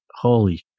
holy